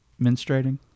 menstruating